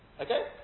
Okay